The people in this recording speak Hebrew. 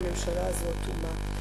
הממשלה הזאת אטומה.